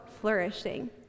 flourishing